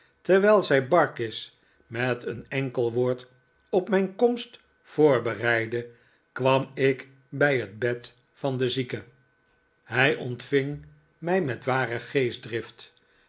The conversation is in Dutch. terwijl zij barkis met een enkel woord op mijn komst voorbereidde kwam ik bij het bed van den zieke hij ontving mij met ware